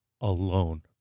alone